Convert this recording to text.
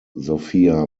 sophia